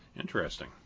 interesting